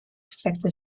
strekte